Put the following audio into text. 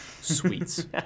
sweets